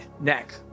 neck